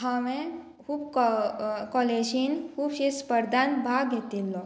हांवें खूब कॉ कॉलेजीन खुबशे स्पर्धान भाग घेतिल्लो